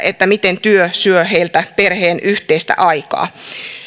siitä miten työ syö heiltä perheen yhteistä aikaa